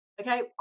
okay